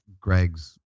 Greg's